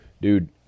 Dude